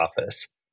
office